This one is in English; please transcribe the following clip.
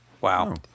Wow